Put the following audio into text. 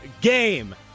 game